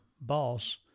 boss